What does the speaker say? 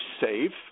safe